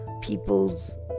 people's